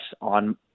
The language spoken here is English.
on